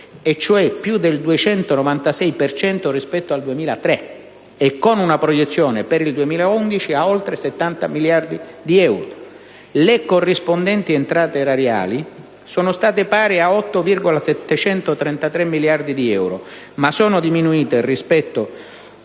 cioè più del 296 per cento rispetto al 2003, con una proiezione per il 2011 di oltre 70 miliardi di euro. Le corrispondenti entrate erariali sono state pari a 8,733 miliardi di euro, ma sono diminuite rispetto